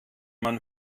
man